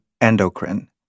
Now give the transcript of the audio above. endocrine